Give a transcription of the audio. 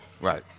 Right